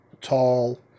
tall